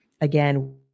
Again